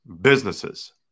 businesses